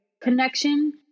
connection